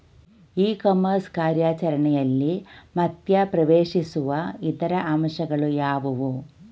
E commerce ಕಾರ್ಯಾಚರಣೆಯಲ್ಲಿ ಮಧ್ಯ ಪ್ರವೇಶಿಸುವ ಇತರ ಅಂಶಗಳು ಯಾವುವು?